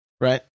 Right